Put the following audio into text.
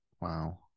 Wow